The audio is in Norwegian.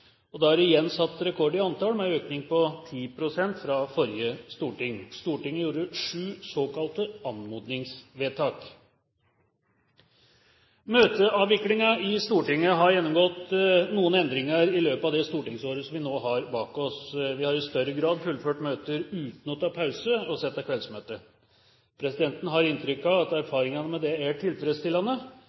og da er det igjen satt rekord i antall, med en økning på ca. 10 pst. fra forrige storting. Stortinget gjorde sju såkalte anmodningsvedtak. Møteavviklingen i Stortinget har gjennomgått noen endringer i løpet av det stortingsåret vi nå har bak oss. Vi har i større grad fullført møter uten å ta pause og sette kveldsmøte. Presidenten har inntrykk av at erfaringene med det er tilfredsstillende,